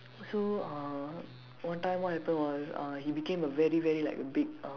so uh one time what happened was uh he became a very very like big uh